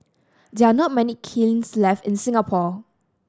there are not many kilns left in Singapore